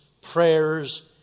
prayers